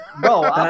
Bro